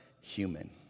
human